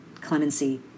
clemency